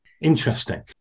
Interesting